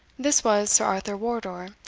this was sir arthur wardour,